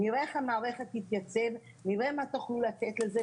נראה איך המערכת תתייצב, נראה מה תוכלו לתת לזה.